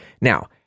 Now